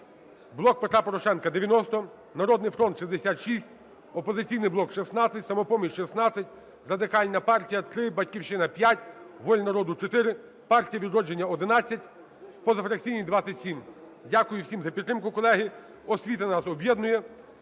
"Блок Петра Порошенка" – 90, "Народний фронт" – 66, "Опозиційний блок" – 16, "Самопоміч" – 16, Радикальна партія – 3, "Батьківщина" – 5, "Воля народу" – 4, "Партія "Відродження" – 11, позафракційні – 27. Дякую всім за підтримку, колеги. Освіта нас об'єднує.